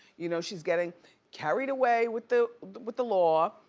you know, she's getting carried away with the with the law,